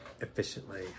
efficiently